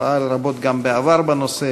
שפעל רבות גם בעבר בנושא,